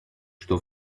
что